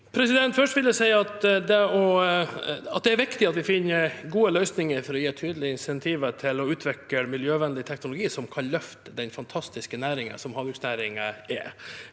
Først vil jeg si at det er viktig at vi finner gode løsninger for å gi tydelige insentiver til å utvikle miljøvennlig teknologi som kan løfte den fantastiske næringen som havbruksnæringen er.